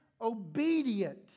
obedient